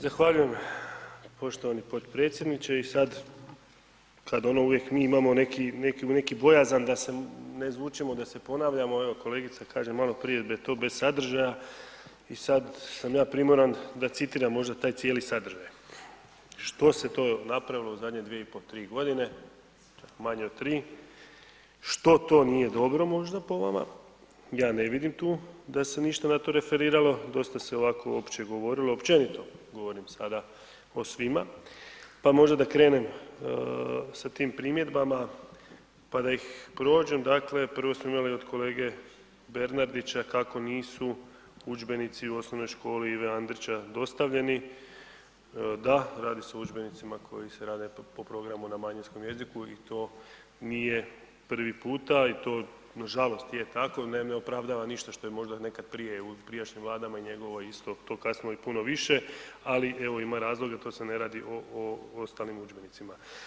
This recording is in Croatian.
Zahvaljujem poštovani potpredsjedniče i sad kad ono uvijek mi imamo neki, neki, neki bojazan da se ne izvučemo, da se ponavljamo, evo kolegica kaže maloprije da je to bez sadržaja i sad sam ja primoran da citiram možda taj cijeli sadržaj, što se to napravilo u zadnje 2,5-3.g., čak manje od 3, što to nije dobro možda po vama, ja ne vidim tu da se ništa na to referiralo, dosta se ovako opće govorilo, općenito govorim sada o svima, pa možda da krenem sa tim primjedbama, pa da ih prođem, dakle prvo smo imali od kolege Bernardića kako nisu udžbenici u OŠ Ive Andrića dostavljeni, da radi se o udžbenicima koji se rade po programu na manjinskom jeziku i to nije prvi puta i to nažalost je tako i ne, ne opravdava ništa što je možda nekad prije, u, u prijašnjim Vladama i njegovoj isto tu kasnimo i puno više, ali evo ima razloga, tu se ne radi o, o, o ostalim udžbenicima.